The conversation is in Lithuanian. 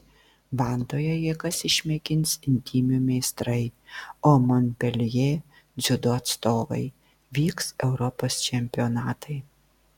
vantoje jėgas išmėgins imtynių meistrai o monpeljė dziudo atstovai vyks europos čempionatai